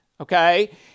okay